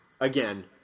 again